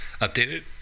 updated